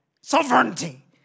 sovereignty